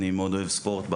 אני מאוד אוהב ספורט.